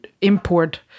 import